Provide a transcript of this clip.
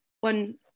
one